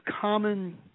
common